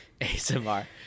ASMR